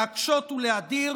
להקשות ולהדיר,